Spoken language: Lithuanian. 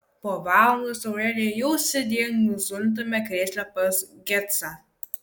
po valandos aurelija jau sėdėjo nuzulintame krėsle pas gecą